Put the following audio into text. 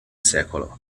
secolo